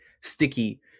sticky